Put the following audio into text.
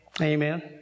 Amen